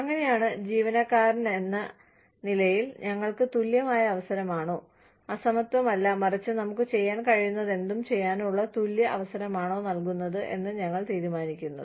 അങ്ങനെയാണ് ജീവനക്കാരെന്ന നിലയിൽ ഞങ്ങൾക്ക് തുല്യമായ അവസരമാണോ അസമത്വമല്ല മറിച്ച് നമുക്ക് ചെയ്യാൻ കഴിയുന്നതെന്തും ചെയ്യാനുള്ള തുല്യ അവസരമാണോ നൽകുന്നത് എന്ന് ഞങ്ങൾ തീരുമാനിക്കുന്നത്